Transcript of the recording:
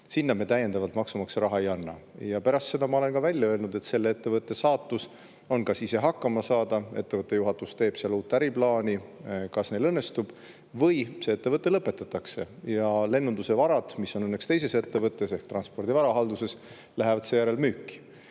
ning me täiendavalt maksumaksja raha sinna ei andnud. Pärast seda – ma olen selle ka välja öelnud – on selle ettevõtte saatus kas ise hakkama saada – ettevõtte juhatus teeb seal uut äriplaani, kas neil see õnnestub? – või see ettevõte lõpetatakse ja lennunduse varad, mis on õnneks teises ettevõttes, Transpordi Varahalduses, lähevad seejärel müüki.